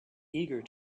eager